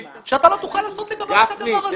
שאני לא תוכל לעשות אתו את הדבר הזה.